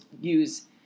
use